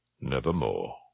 Nevermore